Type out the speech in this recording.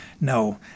No